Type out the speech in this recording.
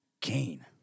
Kane